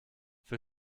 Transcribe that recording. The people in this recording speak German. für